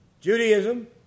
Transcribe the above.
Judaism